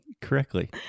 correctly